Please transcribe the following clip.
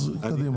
קדימה.